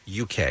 UK